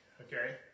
Okay